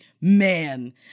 man